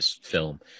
film